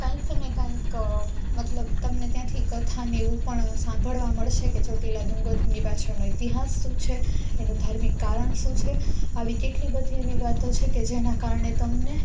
કંઈક ને કંઈક મતલબ તમને ત્યાંથી કથા ને એવું પણ સાંભળવા મળશે કે ચોટીલા ડુંગરની પાછળનો ઇતિહાસ શું છે એનું ધાર્મિક કારણ શું છે આવી કેટલી બધી એવી વાતો છે કે જેનાં કારણે તમને